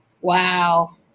wow